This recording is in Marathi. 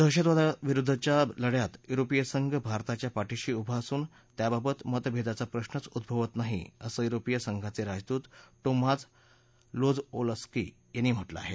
दहशतवादाच्या विरुद्धच्या लढ्यात युरोपीय संघ भारताच्या पाठीशी उभा असून त्याबाबत मतभेदाचा प्रश्नच उद्भवत नाही असं युरोपीय संघाचे राजदूत टोमाझ कोझलोवस्की यांनी म्हटलं आहे